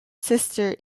sister